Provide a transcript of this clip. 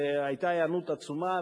והיתה היענות עצומה,